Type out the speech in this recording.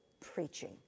preaching